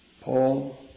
Paul